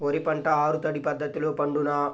వరి పంట ఆరు తడి పద్ధతిలో పండునా?